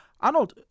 Arnold